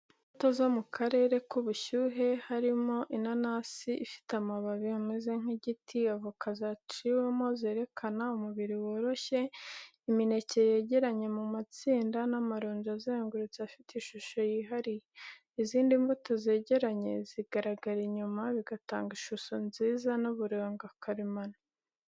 Imbuto zo mu karere k’ubushyuhe, harimo inanasi ifite amababi ameze nk’igiti, avoka zaciwemo zerekana umubiri woroshye, imineke yegeranye mu matsinda n'amaronji azengurutse afite ishusho yihariye. Izindi mbuto zegeranye zigaragara inyuma, bigatanga ishusho nziza n’uburanga karemano.